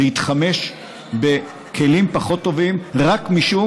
להתחמש בכלים פחות טובים בעתיד